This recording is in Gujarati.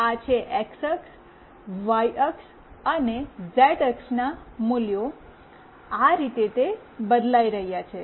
આ છે એક્સ અક્ષ વાય અક્ષ અને ઝેડ અક્ષો મૂલ્યો આ રીતે તે બદલાઇ રહ્યાં છે